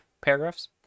paragraphs